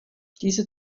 diese